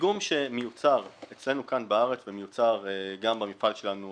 הפיגום שמיוצר אצלנו כאן בארץ ומיוצר גם במפעל שלנו